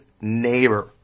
neighbor